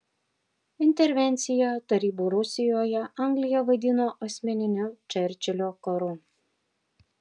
intervenciją tarybų rusijoje anglija vadino asmeniniu čerčilio karu